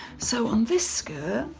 so on this skirt,